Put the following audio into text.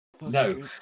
No